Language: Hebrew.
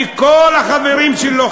וכל החברים שלו,